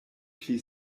pli